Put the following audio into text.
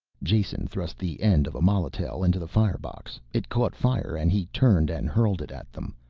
jason thrust the end of a molotail into the firebox it caught fire and he turned and hurled it at them.